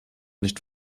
nicht